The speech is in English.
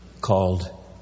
Called